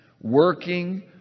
working